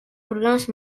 programes